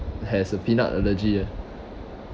has a peanut allergy ah